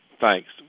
Thanks